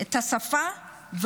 את השפה,